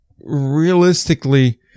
realistically